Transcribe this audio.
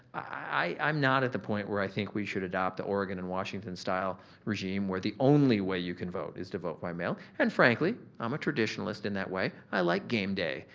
i'm not at the point where i think we should adopt the oregon and washington style regime where the only way you can vote is to vote by mail and frankly i'm a traditionalist in that way. i like game day.